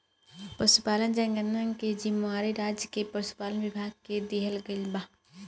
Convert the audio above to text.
पसुपालन जनगणना के जिम्मेवारी राज्य के पसुपालन विभाग के दिहल गइल बा